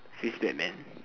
feels bad man